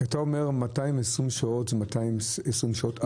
כשאתה אומר 240 שעות זה שעות נהיגה,